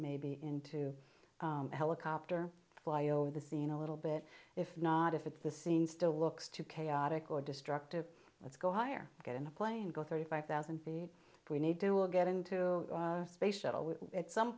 maybe into a helicopter fly over the scene a little bit if not if at the scene still looks too chaotic or destructive let's go hire get in a plane go thirty five thousand feet we need do a get into space shuttle we at some